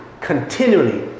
continually